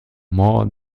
more